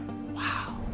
Wow